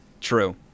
True